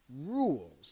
Rules